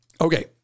Okay